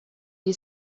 дии